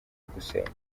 ugusenga